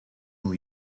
will